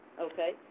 Okay